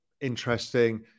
interesting